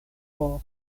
for